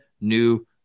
new